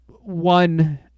one